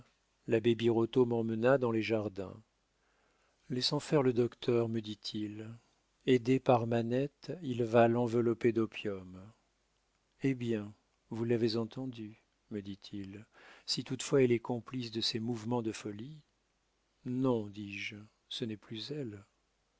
l'abbé birotteau m'emmena dans les jardins laissons faire le docteur me dit-il aidé par manette il va l'envelopper d'opium eh bien vous l'avez entendue me dit-il si toutefois elle est complice de ces mouvements de folie non dis-je ce n'est plus elle